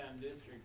district